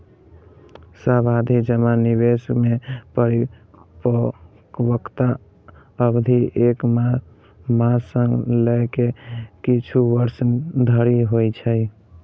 सावाधि जमा निवेश मे परिपक्वता अवधि एक मास सं लए के किछु वर्ष धरि होइ छै